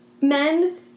Men